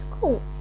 cool